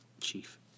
Chief